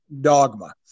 dogma